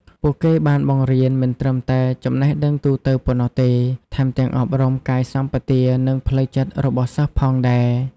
ពួកគេបានបង្រៀនមិនត្រឹមតែចំណេះដឹងទូទៅប៉ុណ្ណោះទេ ថែមទាំងអប់រំកាយសម្បទា និងផ្លូវចិត្តរបស់សិស្សផងដែរ។